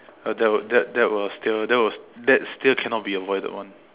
uh that was that that was still that was that's still cannot be avoided [one]